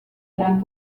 gran